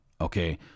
okay